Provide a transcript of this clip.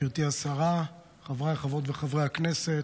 גברתי השרה, חבריי חברות וחברי הכנסת,